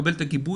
תקבל את הגיבוי,